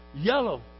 yellow